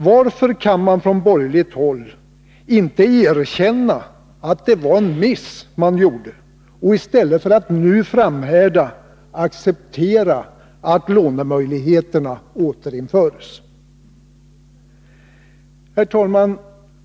Varför kan man från borgerligt håll inte erkänna att det var en miss man gjorde och, i stället för att nu framhärda, acceptera att lånemöjligheterna återinförs? Herr talman!